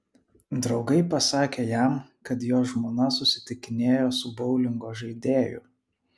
draugai pasakė jam kad jo žmona susitikinėjo su boulingo žaidėju